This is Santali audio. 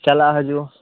ᱪᱟᱞᱟᱜ ᱦᱤᱡᱩᱜ ᱦᱚᱸ